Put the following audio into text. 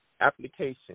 application